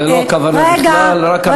זו לא הכוונה בכלל, רק הנתון.